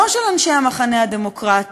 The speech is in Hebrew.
לא של אנשי המחנה הדמוקרטי,